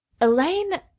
Elaine